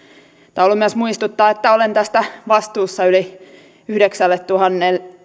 taulu myös muistuttaa että olen tästä vastuussa yli yhdeksäntuhatta